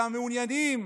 כדי שהמעוניינים,